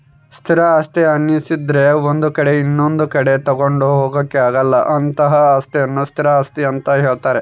ಸ್ಥಿರ ಆಸ್ತಿ ಅನ್ನಿಸದ್ರೆ ಒಂದು ಕಡೆ ಇನೊಂದು ಕಡೆ ತಗೊಂಡು ಹೋಗೋಕೆ ಆಗಲ್ಲ ಅಂತಹ ಅಸ್ತಿಯನ್ನು ಸ್ಥಿರ ಆಸ್ತಿ ಅಂತ ಹೇಳ್ತಾರೆ